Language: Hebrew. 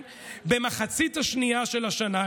במחצית השנייה של השנה,